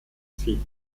sieht